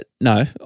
No